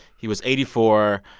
he was eighty four.